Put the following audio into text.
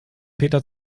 peter